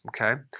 Okay